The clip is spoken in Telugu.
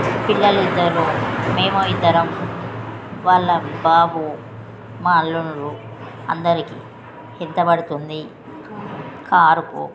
పిల్లలు ఇద్దరు మేము ఇద్దరం వాళ్ళ బాబు మా అల్లుడ్లు అందరికి ఎంత పడుతుంది కారుకు